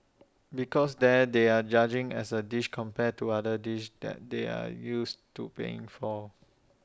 because there they're judging as A dish compared to other dishes that they're used to paying for